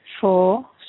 four